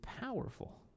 powerful